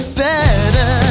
better